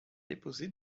déposé